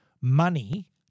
money